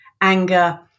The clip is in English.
anger